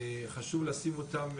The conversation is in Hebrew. חשוב לשים אותם,